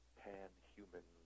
pan-human